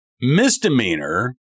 misdemeanor